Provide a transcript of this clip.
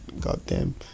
goddamn